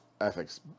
ethics